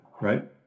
right